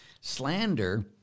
slander